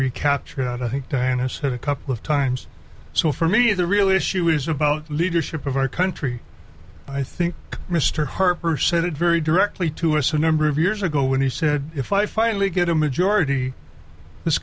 recapture that i think diana said a couple of times so for me is the real issue is about leadership of our country i think mr harper said it very directly to us a number of years ago when he said if i finally get a majority this